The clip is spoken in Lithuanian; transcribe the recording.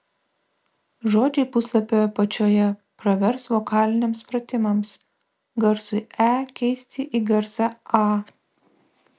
žodžiai puslapio apačioje pravers vokaliniams pratimams garsui e keisti į garsą a